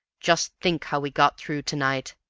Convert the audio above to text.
just think how we got through to-night.